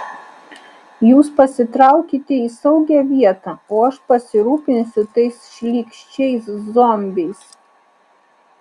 jūs pasitraukite į saugią vietą o aš pasirūpinsiu tais šlykščiais zombiais